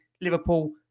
Liverpool